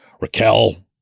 Raquel